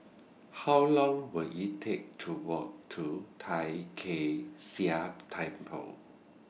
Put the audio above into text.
How Long Will IT Take to Walk to Tai Kak Seah Temple